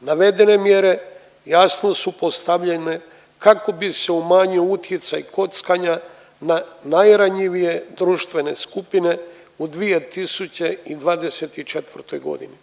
Navedene mjere jasno su postavljene kako bi se umanjio utjecaj kockanja na najranjivije društvene skupine u 2024. godini.